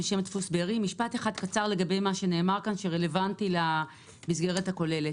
משפט אחד קצר לגבי מה שנאמר כאן שרלוונטי למסגרת הכוללת.